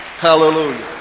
Hallelujah